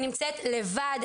היא נמצאת לבד,